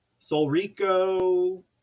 Solrico